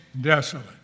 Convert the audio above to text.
desolate